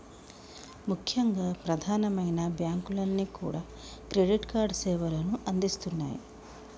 ముఖ్యంగా ప్రధానమైన బ్యాంకులన్నీ కూడా క్రెడిట్ కార్డు సేవలను అందిస్తున్నాయి